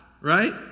right